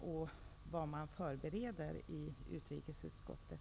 Vad förbereder man i utrikesdepartementet?